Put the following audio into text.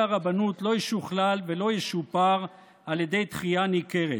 הרבנות לא ישוכלל ולא ישופר על ידי תחייה מכרת.